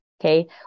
Okay